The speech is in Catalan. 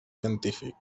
científic